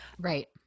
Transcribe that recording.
Right